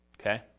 Okay